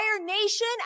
nation